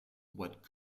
what